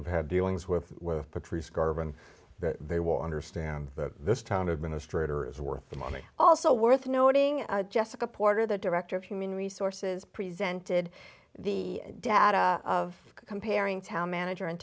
have had dealings with patrice garvan that they will understand that this time administrator is worth the money also worth noting jessica porter the director of human resources presented the data of comparing town manager in